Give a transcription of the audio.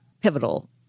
pivotal